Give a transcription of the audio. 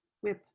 whip